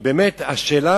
באמת השאלה